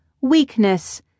weakness